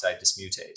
dismutase